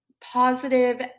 positive